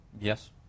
yes